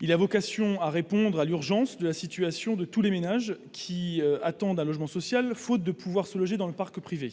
Il a vocation à répondre à l'urgence de la situation de tous les ménages qui attendent un logement social, faute de pouvoir se loger dans le parc privé.